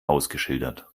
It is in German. ausgeschildert